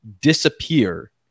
disappear